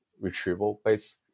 retrieval-based